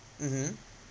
mmhmm